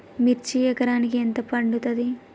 మిర్చి ఎకరానికి ఎంత పండుతది?